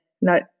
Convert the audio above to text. No